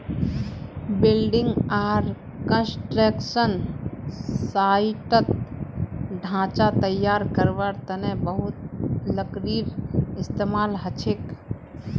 building आर construction साइटत ढांचा तैयार करवार तने बहुत लकड़ीर इस्तेमाल हछेक